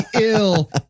ill